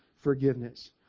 forgiveness